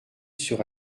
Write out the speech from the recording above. sur